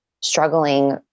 struggling